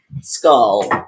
skull